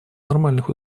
нормальных